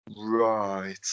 right